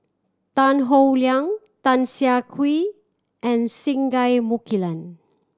Tan Howe Liang Tan Siah Kwee and Singai Mukilan